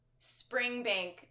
Springbank